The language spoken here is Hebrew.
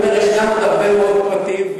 אני אומר: ישנם הרבה מאוד פרטים,